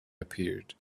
appeared